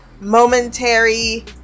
momentary